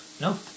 No